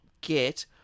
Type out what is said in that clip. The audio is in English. get